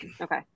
okay